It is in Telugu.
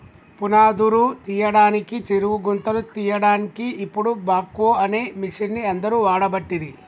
పునాదురు తీయడానికి చెరువు గుంతలు తీయడాన్కి ఇపుడు బాక్వో అనే మిషిన్ని అందరు వాడబట్టిరి